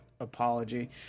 apology